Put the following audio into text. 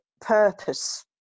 purpose